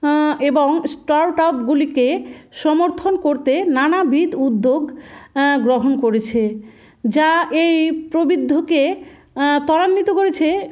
এবং স্টার্টআপগুলিকে সমর্থন করতে নানাবিধ উদ্যোগ গ্রহণ করেছে যা এই ত্বরান্বিত করেছে